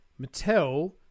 Mattel